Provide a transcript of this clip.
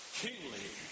kingly